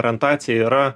orientacija yra